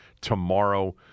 tomorrow